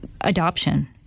adoption